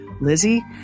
lizzie